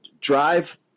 drive